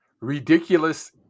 ridiculous